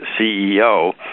CEO